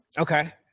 Okay